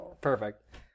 Perfect